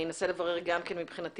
אני אנסה אברר מבחינתי,